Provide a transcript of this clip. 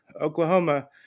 Oklahoma